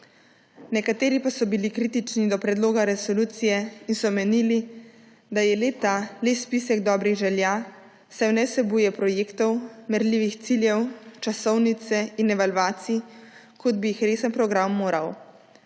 Nekateri pa so bili kritični do predloga resolucije in so menili, da je ta le spisek dobrih želja, saj ne vsebuje projektov, merljivih ciljev, časovnice in evalvacij, kot bi jih resen program moral.